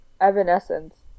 Evanescence